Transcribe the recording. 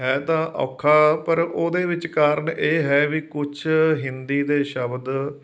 ਹੈ ਤਾਂ ਔਖਾ ਪਰ ਉਹਦੇ ਵਿੱਚ ਕਾਰਨ ਇਹ ਹੈ ਵੀ ਕੁਝ ਹਿੰਦੀ ਦੇ ਸ਼ਬਦ